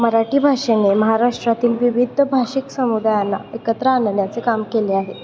मराठी भाषेने महाराष्ट्रातील विविध भाषिक समुदायांना एकत्र आणण्याचे काम केले आहे